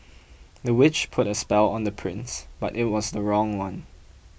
the witch put a spell on the prince but it was the wrong one